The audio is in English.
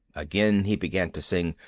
again he began to sing,